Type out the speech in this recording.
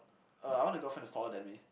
uh I want a girlfriend whoh's taller than me